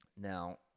Now